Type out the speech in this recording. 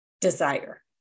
desire